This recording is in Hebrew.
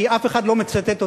כי אף אחד לא מצטט אותי,